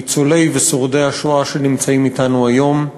ניצולי ושורדי השואה שנמצאים אתנו היום,